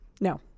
No